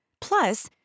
Plus